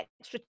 extra